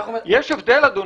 יש הבדל, אדוני.